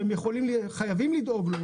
שהם יכולים וחייבים לדאוג לו.